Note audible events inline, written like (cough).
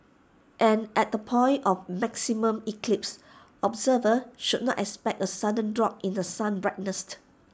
and at the point of maximum eclipse observers should not expect A sudden drop in the sun's (unintelligible)